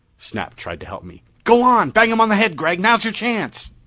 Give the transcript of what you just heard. snap tried to help me. go on! bang him on the head, gregg. now's your chance!